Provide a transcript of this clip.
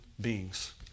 beings